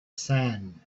sand